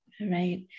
right